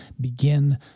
begin